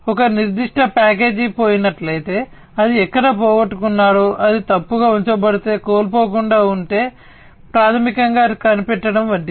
ఒక నిర్దిష్ట ప్యాకేజీ పోయినట్లయితే అది ఎక్కడ పోగొట్టుకున్నాడో అది తప్పుగా ఉంచబడితే కోల్పోకుండా ఉంటే ప్రాథమికంగా కనిపెట్టడం వంటిది